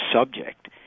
subject